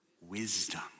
wisdom